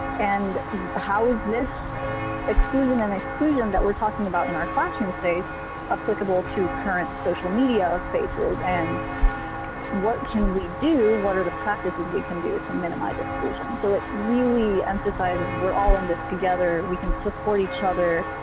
and how is this exclusion and inclusion that we're talking about in our classroom space applicable to current social media of spaces, and what can we do? what are the practices we can do to minimize exclusion? so it really emphasizes we're all in this together. we can support each other.